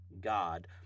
God